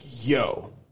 yo